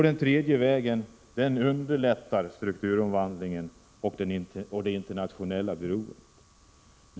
Den tredje vägens politik underlättar strukturomvandlingen och det internationella beroendet.